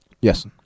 yes